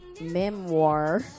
memoir